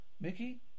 Mickey